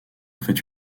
fait